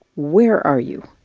where are you?